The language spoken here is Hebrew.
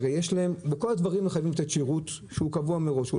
הרי בכל הדברים מחייבים לתת שירות קבוע מראש אם